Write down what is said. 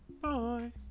Bye